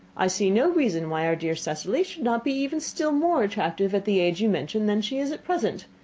i see no reason why our dear cecily should not be even still more attractive at the age you mention than she is at present.